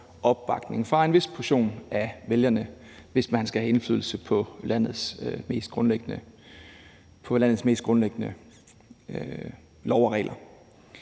opbakning fra en vis portion af vælgerne, hvis man skal have indflydelse på landets mest grundlæggende love og regler.